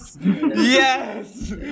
Yes